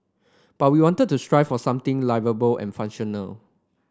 but we wanted to strive for something liveable and functional